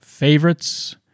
Favorites